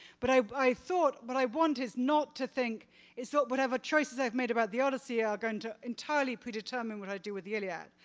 but i i thought what i want is not to think is not whatever choices i've made about the odyssey are going to entirely predetermine what i do with the iliad.